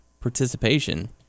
participation